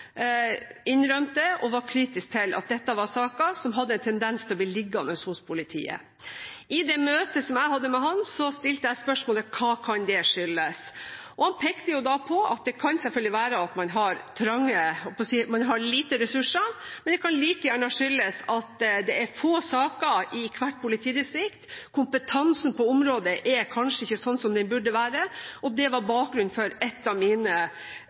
innrømmet, og var kritisk til, at dette var saker som hadde en tendens til å bli liggende hos politiet. I det møtet som jeg hadde med ham, stilte jeg spørsmålet: Hva kan det skyldes? Han pekte da på at det selvfølgelig kan være at man har lite ressurser, men det kan like gjerne skyldes at det er få saker i hvert politidistrikt, og at kompetansen på området kanskje ikke er sånn som den burde være. Det var også bakgrunnen for ett av mine